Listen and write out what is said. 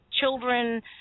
children